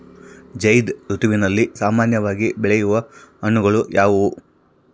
ಝೈಧ್ ಋತುವಿನಲ್ಲಿ ಸಾಮಾನ್ಯವಾಗಿ ಬೆಳೆಯುವ ಹಣ್ಣುಗಳು ಯಾವುವು?